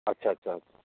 আচ্ছা আচ্ছা আচ্ছা